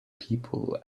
people